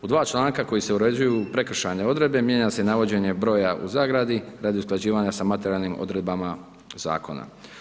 U dva članka kojim se uređuju prekršajne odredbe, mijenja se navođenje broja u zagradi radi usklađivanja sa materijalnim odredbama Zakona.